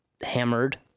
Hammered